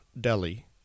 Delhi